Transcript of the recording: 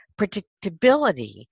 predictability